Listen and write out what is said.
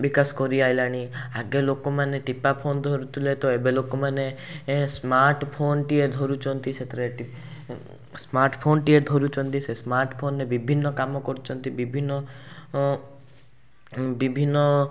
ବିକାଶ କରିଆସିଲାଣି ଆଗେ ଲୋକମାନେ ଟିପା ଫୋନ୍ ଧରୁଥିଲେ ତ ଏବେ ଲୋକମାନେ ଏ ସ୍ମାର୍ଟ ଫୋନ୍ଟିଏ ଧରୁଛନ୍ତି ସେଥିରେ ଟି ସ୍ମାର୍ଟ ଫୋନ୍ଟିଏ ଧରୁଛନ୍ତି ସେ ସ୍ମାର୍ଟ ଫୋନ୍ରେ ବିଭିନ୍ନ କାମ କରୁଛନ୍ତି ବିଭିନ୍ନ ବିଭିନ୍ନ